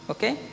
Okay